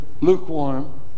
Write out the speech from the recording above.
lukewarm